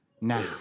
now